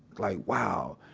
like, wow,